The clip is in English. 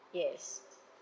yes